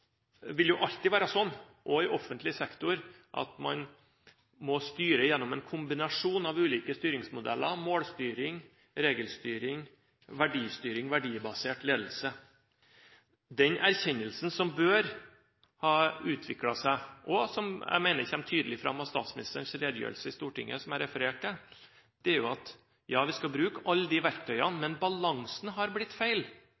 Det vil jo alltid være sånn, også i offentlig sektor, at man må styre gjennom en kombinasjon av ulike styringsmodeller – målstyring, regelstyring, verdistyring og verdibasert ledelse. Den erkjennelsen som bør ha utviklet seg, og som jeg mener kommer tydelig fram av statsministerens redegjørelse i Stortinget, som jeg refererte til, er at vi skal bruke alle disse verktøyene, men balansen har blitt feil.